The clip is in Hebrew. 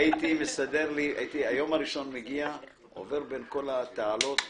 אני לא רוצה לתפוס את כל זמן הדיבור,